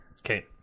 Okay